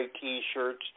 T-shirts